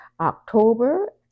October